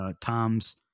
Tom's